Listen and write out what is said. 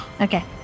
Okay